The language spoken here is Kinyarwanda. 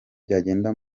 byagenda